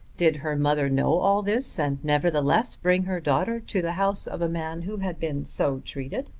did her mother know all this, and nevertheless bring her daughter to the house of a man who had been so treated!